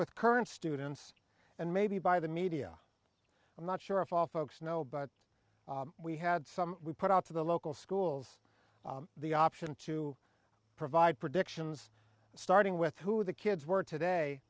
with current students and maybe by the media i'm not sure if all folks know but we had some we put out to the local schools the option to provide predictions starting with who the kids were today